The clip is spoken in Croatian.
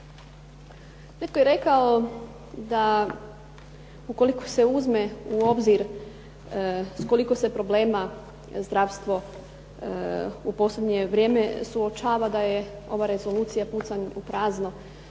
Netko je rekao da ukoliko se uzme u obzir s koliko se problema zdravstvo u posljednje vrijeme suočava da je ova rezolucija pucanj u prazno